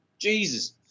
Jesus